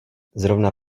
zrovna